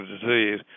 disease